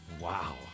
Wow